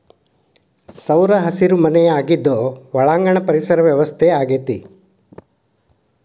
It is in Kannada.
ಸೌರಹಸಿರು ಮನೆ ಆಗಿದ್ದು ಒಳಾಂಗಣ ಪರಿಸರ ವ್ಯವಸ್ಥೆ ಆಗೆತಿ